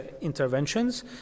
interventions